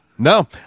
No